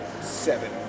seven